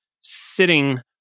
sitting